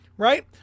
right